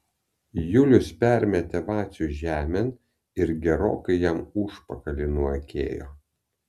julius parmetė vacių žemėn ir gerokai jam užpakalį nuakėjo